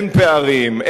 אין פערים,